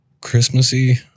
Christmassy